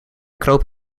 kroop